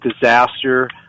disaster